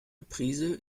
prise